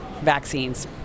vaccines